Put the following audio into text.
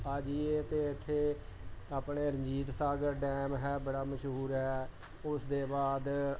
ਆ ਜਾਈਏ ਅਤੇ ਇੱਥੇ ਆਪਣੇ ਰਣਜੀਤ ਸਾਗਰ ਡੈਮ ਹੈ ਬੜਾ ਮਸ਼ਹੂਰ ਹੈ ਉਸ ਦੇ ਬਾਅਦ